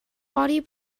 body